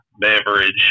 beverage